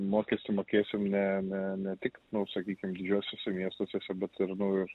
mokestį mokėsim ne ne ne tik nu sakykim didžiuosiuose miestuosese bet ir nu ir